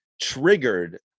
triggered